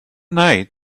night